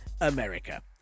America